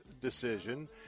decision